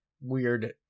weird